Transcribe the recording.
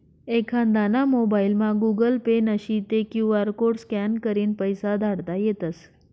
एखांदाना मोबाइलमा Google Pay नशी ते क्यु आर कोड स्कॅन करीन पैसा धाडता येतस